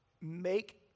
make